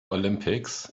olympics